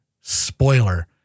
spoiler